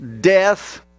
death